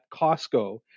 Costco